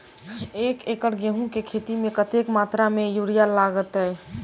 एक एकड़ गेंहूँ केँ खेती मे कतेक मात्रा मे यूरिया लागतै?